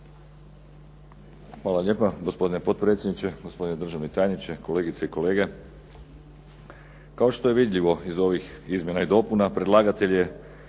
Hvala lijepa gospodine potpredsjedniče, gospodine državni tajniče, kolegice i kolege. Kao što je vidljivo iz ovih izmjena i dopuna predlagatelj je